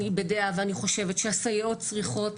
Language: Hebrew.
אני בדעה ואני חושבת שהסייעות צריכות,